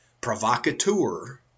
provocateur